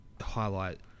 highlight